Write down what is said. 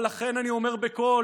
אבל לכן אני אומר בקול,